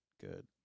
Good